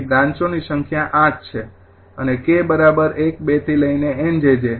તેથી બ્રાંચોની સંખ્યા ૮ છે અને 𝑘 ૧૨ 𝑁 𝑗𝑗